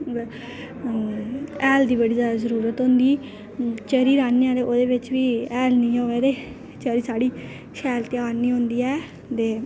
हैल दी बड़ी जैदा जरूरत होंदी चरी राह्न्ने आं ते ओह्दे बिच बी हैल निं होऐ ते चरी साढ़ी शैल त्यार निं होंदी ऐ ते